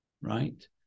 right